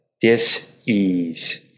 dis-ease